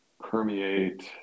permeate